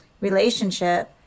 relationship